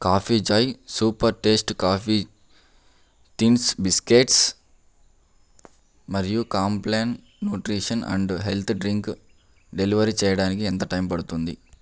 coffee joy super taste coffee tins biscuits మరియు Complan nutrition and health drink delivery చేయడానికి ఎంత time పడుతుంది